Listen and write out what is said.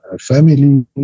family